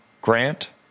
grant